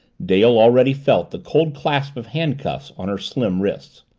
dale already felt the cold clasp of handcuffs on her slim wrists.